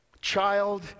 Child